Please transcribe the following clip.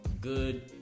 good